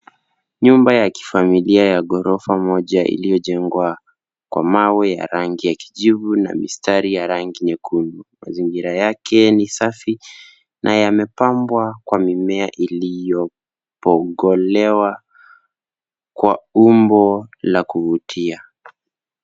Nyumba ya kifamilia ya ghorofa moja iliyojengwa kwa mawe ya rangi ya kijivu na mistari ya rangi nyekundu. Mazingira yake ni safi na yamepambwa kwa mimea iliyopogolewa kwa umbo la kuvutia.